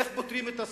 איך פותרים את הסכסוך,